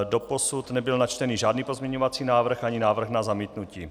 Doposud nebyl načten žádný pozměňovací návrh ani návrh na zamítnutí.